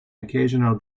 occasional